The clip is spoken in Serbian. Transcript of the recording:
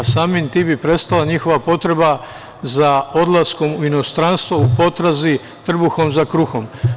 Samim tim bi prestala njihova potreba za odlaskom u inostranstvo u potrazi trbuhom za kruhom.